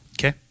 Okay